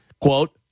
Quote